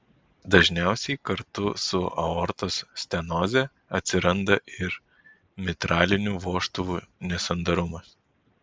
dažniausiai kartu su aortos stenoze atsiranda ir mitralinių vožtuvų nesandarumas